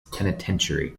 penitentiary